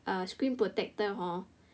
err screen protector hor